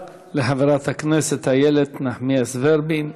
תודה לחברת הכנסת איילת נחמיאס ורבין.